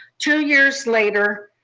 two years later,